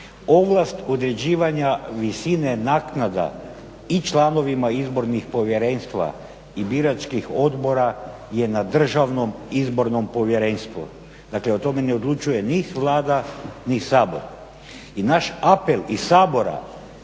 ovlast određivanja visine naknada i članovima izbornih povjerenstva i biračkih odbora je na državnom izbornom povjerenstvu. Dakle, o tome ne odlučuje ni Vlada ni Sabor i naš apel i Sabora